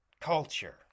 culture